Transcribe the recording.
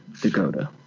dakota